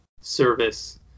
service